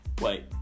Wait